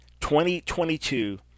2022